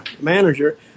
manager